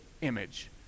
image